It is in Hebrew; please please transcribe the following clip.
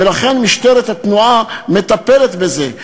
ולכן משטרת התנועה מטפלת בזה.